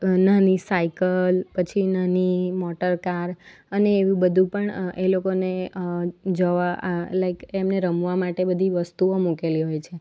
નાની સાઈકલ પછી નાની મોટર કાર અને એવું બધું પણ એ લોકોને જવા લાઈક એમને રમવા માટે બધી વસ્તુઓ મૂકેલી હોય છે